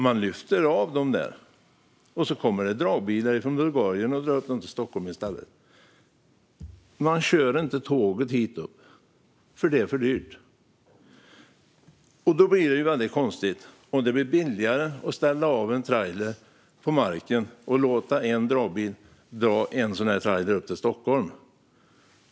Man lyfter av dem där, och i stället kommer det dragbilar från Bulgarien och drar upp dem till Stockholm. Man kör inte tåget hit upp, för det är för dyrt. Det blir ju väldigt konstigt om det blir billigare att ställa av en trailer på marken och låta en dragbil dra en sådan trailer upp till Stockholm.